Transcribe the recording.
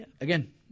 again